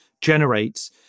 generates